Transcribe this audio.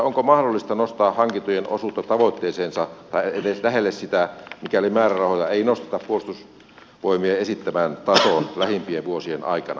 onko mahdollista nostaa hankintojen osuutta tavoitteeseensa tai edes lähelle sitä mikäli määrärahoja ei nosteta puolustusvoimien esittämään tasoon lähimpien vuosien aikana